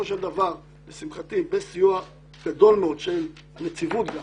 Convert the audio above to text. בסיוע גדול מאוד גם של הנציבות,